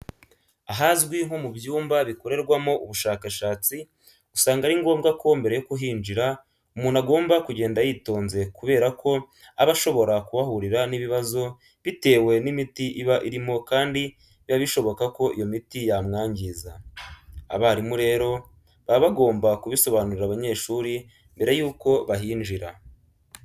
Ahazwi nko mu byumba bikorerwamo ubushakashatsi, usanga ari ngombwa ko mbere yo kuhinjira umuntu agomba kugenda yitonze kubera ko aba ashobora kuhahurira n'ibibazo bitewe n'imiti iba irimo kandi biba bishoboka ko iyo miti yamwangiza. Abarimu rero baba bagomba kubisobanurira abanyeshuri mbere yuko bahinjira.